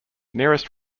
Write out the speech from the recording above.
nearest